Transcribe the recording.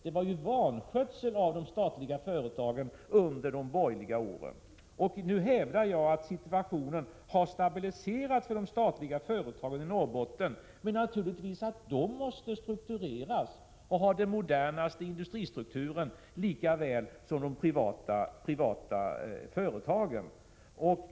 De statliga företagen vansköttes ju under de borgerliga åren. Jag hävdar att situationen nu har stabiliserats för de statliga företagen i Norrbotten men att de naturligtvis måste struktureras och ha den modernaste industristrukturen lika väl som de privata företagen måste ha det.